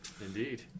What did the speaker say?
Indeed